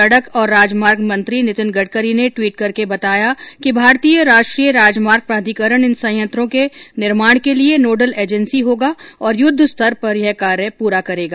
सड़क और राजमार्ग मंत्री नितिन गडकरी ने ट्वीट कर बताया कि भारतीय राष्ट्रीयय राजामार्ग प्राधिकरण इन संयंत्रों के निर्माण के लिए नोडल एजेन्सी होगा और युद्ध स्तर पर यह कार्य पूरा करेगा